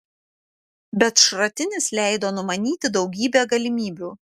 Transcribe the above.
bet šratinis leido numanyti daugybę galimybių